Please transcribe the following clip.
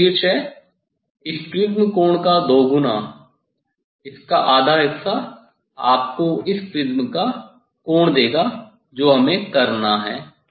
यह शीर्ष है इस प्रिज्म कोण का दोगुना इसका आधा हिस्सा आपको उस प्रिज्म का कोण देगा जो हमें करना है